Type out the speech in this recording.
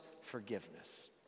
forgiveness